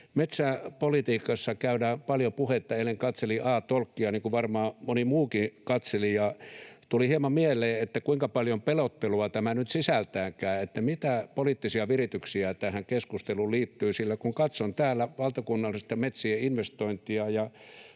Metsäpolitiikasta on paljon puhetta. Eilen katselin A-talkia, niin kuin varmaan moni muukin katseli, ja tuli hieman mieleen, kuinka paljon pelottelua tämä nyt sisältääkään, mitä poliittisia virityksiä tähän keskusteluun liittyy. Kun katson valtakunnallista metsien investointia